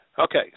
Okay